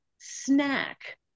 snack